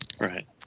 Right